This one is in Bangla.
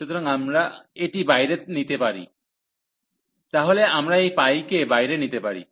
সুতরাং আমরা এটি বাইরে নিতে পারি তাহলে আমরা এই কে বাইরে নিতে পারি